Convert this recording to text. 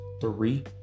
three